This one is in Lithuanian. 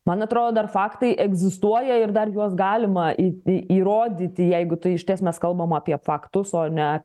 man atrodo dar faktai egzistuoja ir dar juos galima į įrodyti jeigu tai išties mes kalbam apie faktus o ne